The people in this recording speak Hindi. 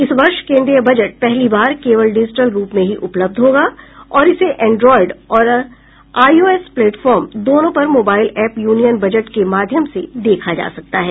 इस वर्ष केन्द्रीय बजट पहली बार केवल डिजिटल रूप में ही उपब्लध होगा और इसे एंड्रोइड और आईओएस प्लेटफॉर्म दोनों पर मोबाइल ऐप यूनियन बजट के माध्यम से देखा जा सकता है